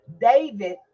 david